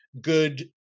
Good